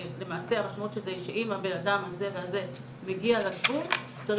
למעשה המשמעות של זה שאם הבן אדם הזה והזה מגיע לגבול - צריך